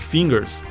Fingers